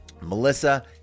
melissa